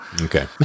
Okay